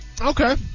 Okay